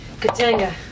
Katanga